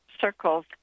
circles